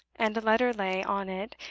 and a letter lay on it,